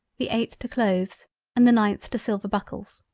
the eighth to cloathes and the ninth to silver buckles.